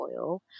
oil